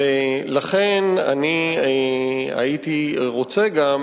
לכן אני הייתי רוצה גם,